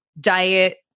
diet